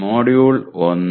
module 1